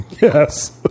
yes